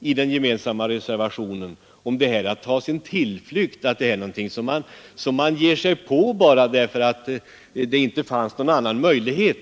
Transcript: i den gemensamma reservationen. Är det också att ta sin tillflykt till den offentliga sektorn när det inte finns någon annan möjlighet?